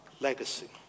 legacy